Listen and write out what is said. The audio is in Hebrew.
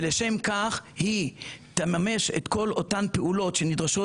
ולשם כך היא תממש את כל אותן פעולות שנדרשות